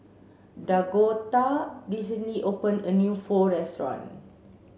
Dakoda recently opened a new Pho restaurant